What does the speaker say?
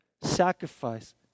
sacrifice